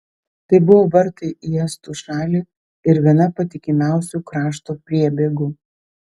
tai buvo vartai į estų šalį ir viena patikimiausių krašto priebėgų